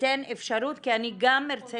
ניתן אפשרות כי אני גם ארצה